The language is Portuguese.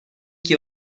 que